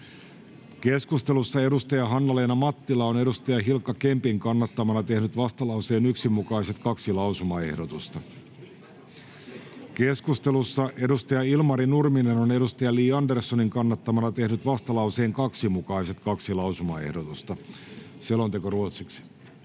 keskustelussa Hanna-Leena Mattila on Hilkka Kempin kannattamana tehnyt vastalauseen 1 mukaiset kaksi lausumaehdotusta ja Ilmari Nurminen on Li Anderssonin kannattamana tehnyt vastalauseen 2 mukaiset kaksi lausumaehdotusta. [Speech 2]